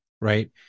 right